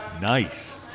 Nice